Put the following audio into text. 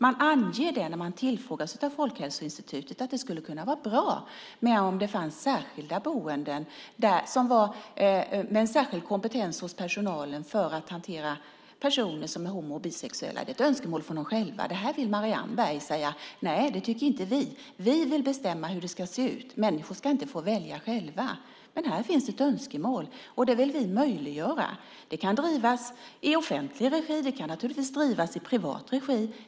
Man anger när man tillfrågas av Folkhälsoinstitutet att det skulle kunna vara bra om det fanns särskilda boenden med en särskild kompetens hos personalen för att hantera personer som är homo och bisexuella. Det är ett önskemål från dem själva. Detta vill Marianne Berg säga nej till, för det tycker inte Vänstern. De vill bestämma hur det ska se ut. Människor ska inte få välja själva. Men här finns ett önskemål, och det vill vi möjliggöra. Verksamheten kan drivas i offentlig regi. Den kan naturligtvis drivas i privat regi.